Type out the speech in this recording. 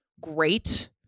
great